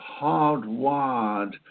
hardwired